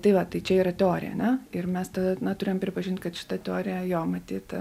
tai va tai čia yra teorija ane ir mes tada na turėjom pripažint kad šita teorija jo matyt